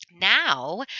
Now